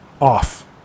Off